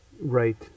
Right